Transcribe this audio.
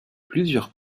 plusieurs